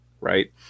right